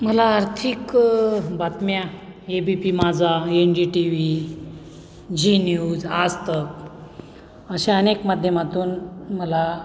मला आर्थिक बातम्या ए बी पी माझा N D T V Zee News Aaj Tak अशा अनेक माध्यमातून मला